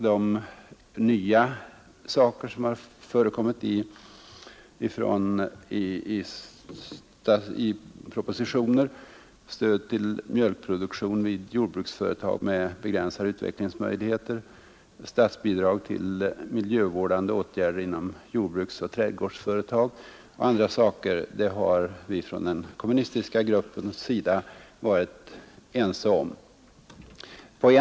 De nya saker som har förekommit i propositioner — stöd till mjölkproduktion vid jordbruksföretag med begränsade utvecklingsmöjligheter, statsbidrag till miljövårdande åtgärder inom jordbruksoch träd gårdsföretag och andra saker — har vi från den kommunistiska gruppens sida varit ense med de övriga i utskottet om.